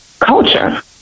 culture